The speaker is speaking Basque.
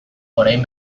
orain